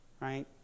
right